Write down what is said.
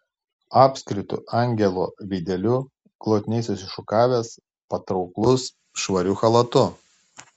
apskritu angelo veideliu glotniai susišukavęs patrauklus švariu chalatu